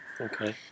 Okay